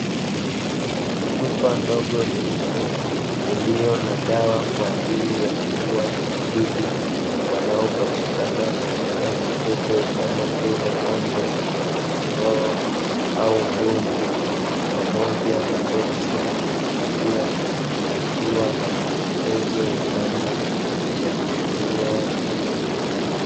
Chupa ndogo nyeupe, iliyo na dawa kwa ajili ya kuua vijidudu wanaopatikana katika mifugo, kama vile; ng’ombe, kondoo au mbuzi, pamoja na boksi la kuhifadhia, likiwa na maelekezo ya namna ya kutumia dawa hizo.